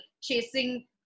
chasing